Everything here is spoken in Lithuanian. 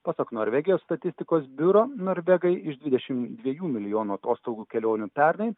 pasak norvegijos statistikos biuro norvegai iš dvidešim dviejų milijonų atostogų kelionių pernai